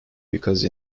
because